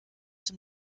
dem